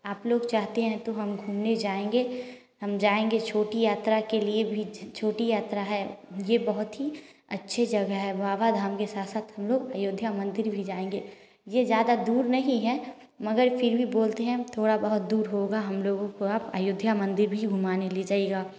आप लोग चाहते हैं तो हम घूमने जाएंगे हम जाएंगे छोटी यात्रा के लिए भी छोटी यात्रा है ये बहुत ही अच्छा जगह है बाबा धाम के साथ साथ हम लोग अयोध्या मंदिर भी जाएंगे ये ज्यादा दूर नहीं है मगर फिर भी बोलते हैं थोड़ा बहुत दूर होगा हम लोगों को आप अयोध्या मंदिर भी घूमनें ले जाइएगा